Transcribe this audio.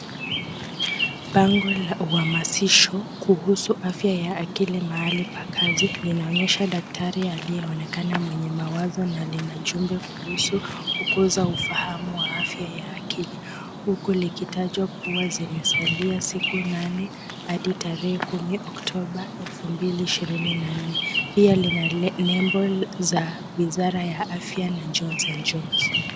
Bango la uhamasisho kuhusu afya ya akili mahali pa kazi. Linaonyesha daktari aliyeonekana mwenye mawazo na lina jumbe kuhusu kukuuza ufahamu wa afya ya akili huku likitajwa kuwa zimesalia siku nane hadi tarehe kumi Okotba elfu mbili ishirini na nne. Pia lina nembo za wizara ya afya na Johnson and Johnson.